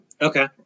Okay